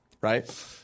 Right